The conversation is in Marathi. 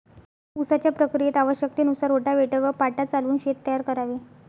उसाच्या प्रक्रियेत आवश्यकतेनुसार रोटाव्हेटर व पाटा चालवून शेत तयार करावे